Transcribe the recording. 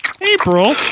April